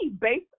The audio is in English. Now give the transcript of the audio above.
based